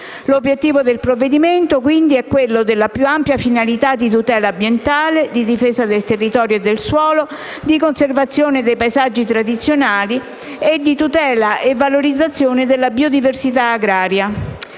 L'obiettivo del provvedimento, quindi, è quello della più ampia finalità di tutela ambientale, di difesa del territorio e del suolo, di conservazione dei paesaggi tradizionali e di tutela e valorizzazione della biodiversità agraria.